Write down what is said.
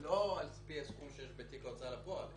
לא על פי הסכום שיש בתיק ההוצאה לפועל,